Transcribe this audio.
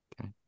Okay